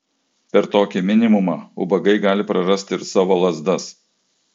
per tokį minimumą ubagai gali prarasti ir savo lazdas